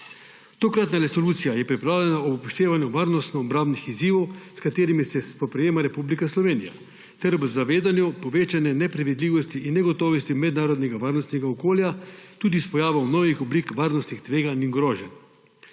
Tokratna resolucija je pripravljena ob upoštevanju varnostno-obrambnih izzivov, s katerimi se spoprijema Republika Slovenija, ter v zavedanju povečane nepredvidljivosti in negotovosti mednarodnega varnostnega okolja tudi s pojavom novih oblik varnostnih tveganj in groženj.